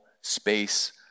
space